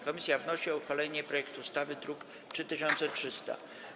Komisja wnosi o uchwalenie projektu ustawy z druku nr 3300.